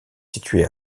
situé